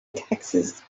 taxes